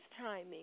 timing